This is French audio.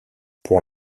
pour